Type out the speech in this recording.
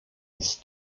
its